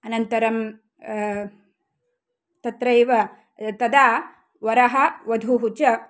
अनन्तरं तत्रैव तदा वरः वधुः च